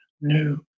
new